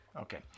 Okay